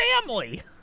family